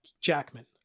Jackman